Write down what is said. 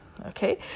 Okay